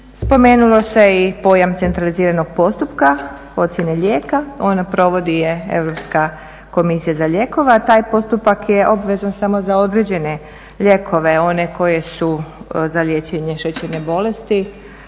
Spomenulo se i pojam centraliziranog postupka, ocijene lijeka, provodi je Europska komisija za lijekove, a taj postupak je obvezan samo za određene lijekove, one koji su za liječenje šećerne bolesti,